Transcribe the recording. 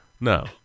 No